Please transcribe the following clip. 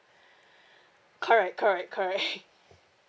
correct correct correct